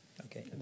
Okay